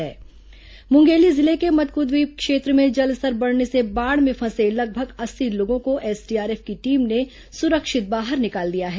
rescue operation Mungeli जिले के मदकृद्वीप क्षेत्र में जलस्तर बढ़ने से बाढ़ में फंसे लगभग अस्सी लोगों को एसडीआरएफ की टीम ने सुरिक्षत बाहर निकाल लिया है